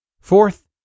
Fourth